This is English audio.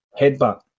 headbutt